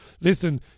listen